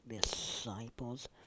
disciples